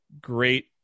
great